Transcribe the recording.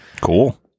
cool